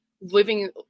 living